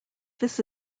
this